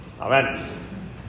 Amen